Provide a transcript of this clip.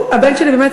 הבן שלי באמת,